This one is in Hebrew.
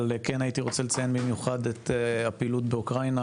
אבל כן הייתי רוצה לציין במיוחד את הפעילות באוקראינה,